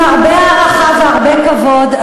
עם הרבה הערכה והרבה כבוד,